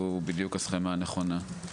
היא בדיוק הסכימה הנכונה.